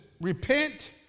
repent